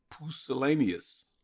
Pusillanimous